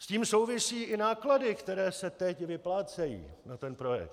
S tím souvisí i náklady, které se teď vyplácejí na ten projekt.